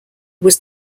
was